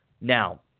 Now